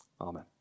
Amen